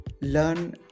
learn